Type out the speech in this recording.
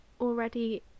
already